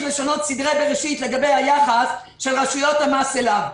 לשנות סדרי בראשית לגבי היחס של רשויות המס אליו.